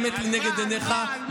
האמת לנגד עיניך,